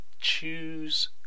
choose